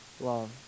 love